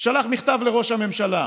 שלח מכתב לראש הממשלה.